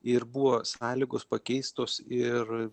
ir buvo sąlygos pakeistos ir